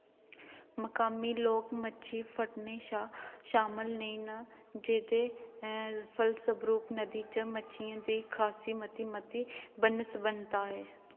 मकामी लोक मच्छी फड़ने शा शामल नेईं न जेह्दे फलसरूप नदी च मच्छियें दी खासी मती मती बन्न सबन्नता ऐ